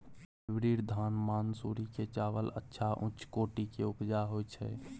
Hybrid धान मानसुरी के चावल अच्छा उच्च कोटि के उपजा होय छै?